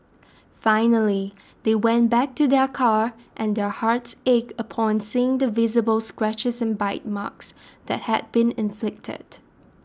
finally they went back to their car and their hearts ached upon seeing the visible scratches and bite marks that had been inflicted